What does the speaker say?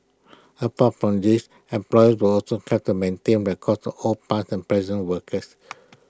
apart from these employers will also have to maintain records all past and present workers